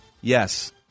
Yes